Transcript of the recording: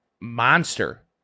monster